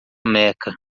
meca